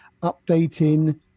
updating